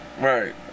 Right